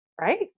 Right